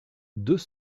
deux